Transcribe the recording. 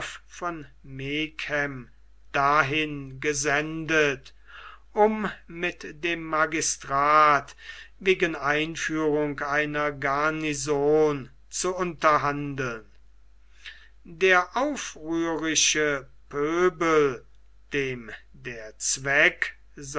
von megen dahin gesendet um mit dem magistrate wegen einführung einer garnison zu unterhandeln der aufrührische pöbel dem der zweck